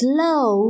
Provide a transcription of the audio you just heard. Slow